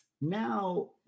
now